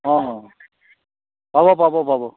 অঁ পাব পাব পাব